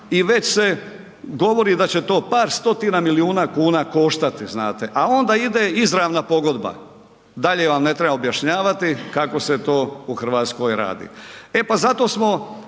i već se govori da će to par stotina milijuna kuna koštati, a onda ide izravna pogodba. Dalje vam ne treba objašnjavati kako se to u Hrvatskoj radi. E pa zato smo